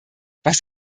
was